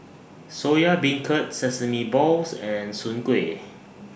Soya Beancurd Sesame Balls and Soon Kuih